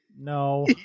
No